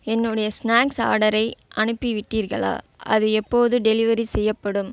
என்னுடைய ஸ்நாக்ஸ் ஆர்டரை அனுப்பிவிட்டீர்களா அது எப்போது டெலிவரி செய்யப்படும்